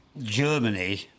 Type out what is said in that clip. Germany